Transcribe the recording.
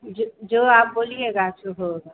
जो जो आप बोलिएगा सो होगा